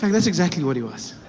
like that's exactly what he was,